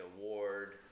award